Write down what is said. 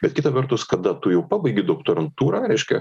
bet kita vertus kada tu jau pabaigi doktorantūrą reiškia